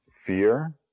Fear